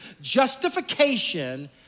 Justification